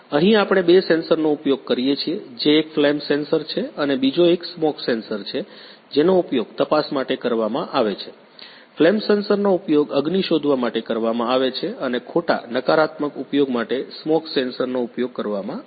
અહીં આપણે બે સેન્સરનો ઉપયોગ કરીએ છીએ જે એક ફ્લેમ સેન્સર છે અને બીજો એક સ્મોક સેન્સર છે જેનો ઉપયોગ તપાસ માટે કરવામાં આવે છે ફ્લેમ સેન્સરનો ઉપયોગ અગ્નિ શોધવા માટે કરવામાં આવે છે અને ખોટા નકારાત્મક ઉપયોગ માટે સ્મોક સેન્સર નો ઉપયોગ કરવામાં આવે છે